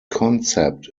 concept